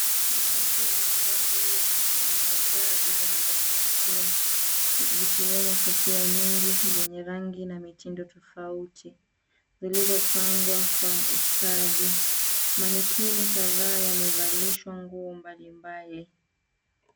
Duka hili la nguo limejaa bidhaa za kuvutia zikiwemo kofia nyingi zenye rangi na mitindo tofauti, zilizopangwa kwa ustadi. Manikeni kadhaa yamevalishwa nguo mbalimbali.